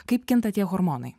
kaip kinta tie hormonai